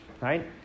right